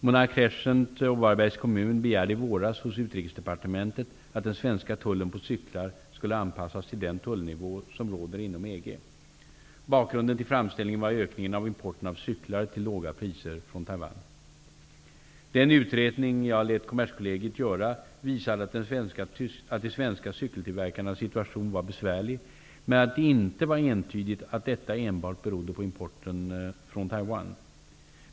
Monark Crescent AB och Varbergs kommun begärde i våras hos Utrikesdepartementet att den svenska tullen på cyklar skulle anpassas till den tullnivå som råder inom EG. Bakgrunden till framställningen var ökningen av importen av cyklar till låga priser från Taiwan. Den utredning jag lät Kommerskollegium göra visade att de svenska cykeltillverkarnas situation var besvärlig men att det inte var entydigt att detta enbart berodde på importen från Taiwan.